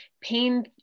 pain